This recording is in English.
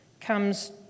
comes